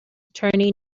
attorney